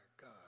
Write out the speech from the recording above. God